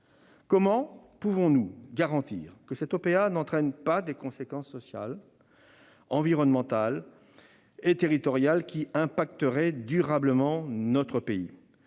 Comment pouvez-vous nous garantir que cette OPA n'emportera pas de conséquences sociales, environnementales et territoriales qui affecteraient durablement notre pays ?